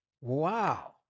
Wow